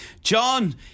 John